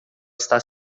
está